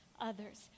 others